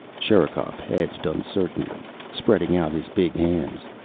sherikov hedged uncertainly, spreading out his big hands.